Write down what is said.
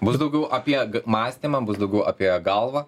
bus daugiau apie mąstymą bus daugiau apie galvą